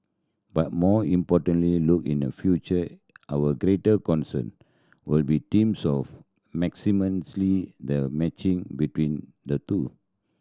but more importantly look in a future our greater concern will be teams of the matching between the two